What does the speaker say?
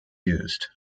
used